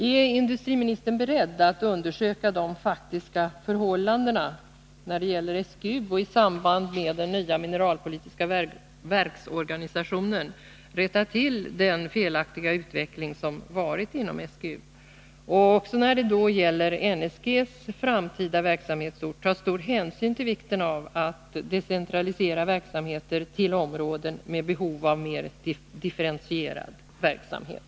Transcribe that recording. Är industriministern beredd att undersöka de faktiska förhållandena när det gäller SGU och i samband med den nya mineralpolitiska verksorganisationen rätta till den felaktiga utveckling som varit inom SGU och när det gäller NSG:s framtida verksamhet ta stor hänsyn till vikten av att decentralisera verksamheter till områden med behov av mer differentierad verksamhet?